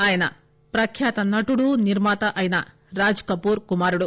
ఈయన ప్రఖ్యాత నటుడు నిర్మాత అయిన రాజ్ కపూర్ కుమారుడు